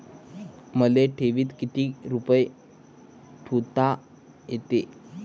मले ठेवीत किती रुपये ठुता येते?